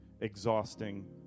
exhausting